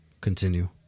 continue